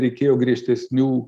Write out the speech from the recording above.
reikėjo griežtesnių